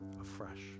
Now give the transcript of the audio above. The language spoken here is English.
afresh